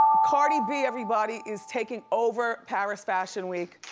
cardi b, everybody, is taking over paris fashion week.